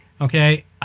okay